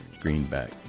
greenback